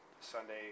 Sunday